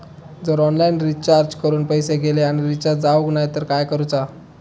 जर online recharge करून पैसे गेले आणि रिचार्ज जावक नाय तर काय करूचा?